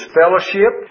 fellowship